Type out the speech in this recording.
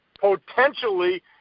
potentially